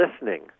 listening